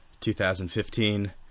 2015